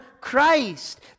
Christ